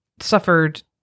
suffered